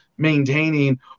Maintaining